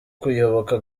kuyoboka